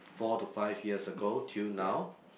four to five years ago till now